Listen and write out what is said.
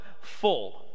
full